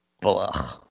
Blah